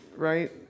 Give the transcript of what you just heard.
Right